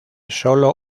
solo